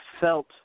felt